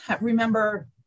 remember